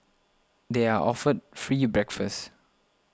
they are offered free breakfast